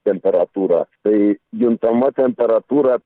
temperatūrą tai juntama temperatūra